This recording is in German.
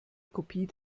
kopie